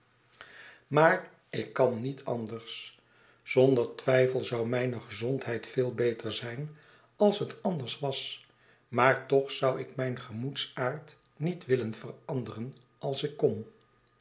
maar ik kan met anders zonder twijfel zou mijne gezondheid veel beter zijn als het anders was maar toch zou ik mijn gemoedsaard niet willen veranderen als ik kon